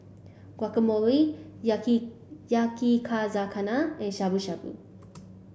Guacamole Yakizakana and Shabu Shabu